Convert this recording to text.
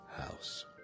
house